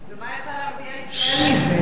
ומה יצא לערביי ישראל מזה?